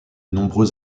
nombreux